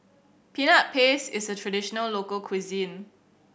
Peanut Paste is a traditional local cuisine